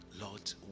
Lord